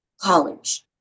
college